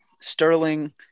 Sterling –